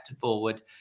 forward